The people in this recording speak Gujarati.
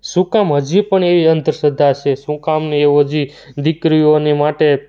શું કામ હજી પણ એવી અંધશ્રદ્ધા છે શું કામને એવું હજી દીકરીઓની માટે